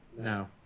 No